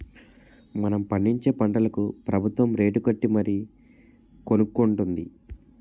మనం పండించే పంటలకు ప్రబుత్వం రేటుకట్టి మరీ కొనుక్కొంటుంది